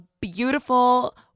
beautiful